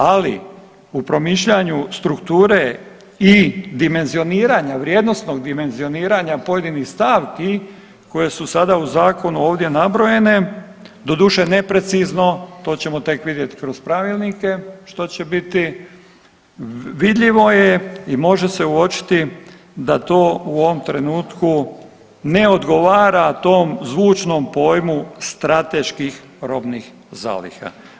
Ali u promišljanju strukture i dimenzioniranja, vrijednosnog dimenzioniranja pojedinih stavki koje su sada u zakonu ovdje nabrojene doduše neprecizno, to ćemo tek vidjeti kroz pravilnike što će biti vidljivo je i može se uočiti da to u ovom trenutku ne odgovara tom zvučnom pojmu strateškim robnih zaliha.